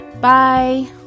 Bye